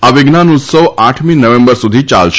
આ વિજ્ઞાન ઉત્સવ આઠમી નવેમ્બર સુધી યાલશે